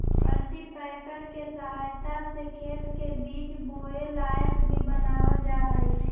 cultipacker के सहायता से खेत के बीज बोए लायक भी बनावल जा हई